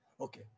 Okay